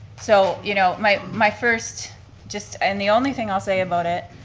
so you know, my my first just, and the only thing i'll say about it,